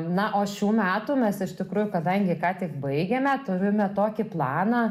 na o šių metų mes iš tikrųjų kadangi ką tik baigėme turime tokį planą